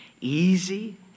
easy